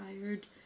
tired